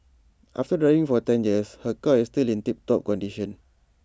after driving for ten years her car is still in tip top condition